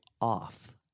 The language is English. off